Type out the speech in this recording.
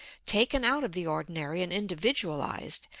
taken out of the ordinary and individualized,